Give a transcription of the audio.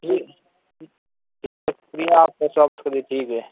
جی ٹھیک ہے فری میں ٹھیک ہے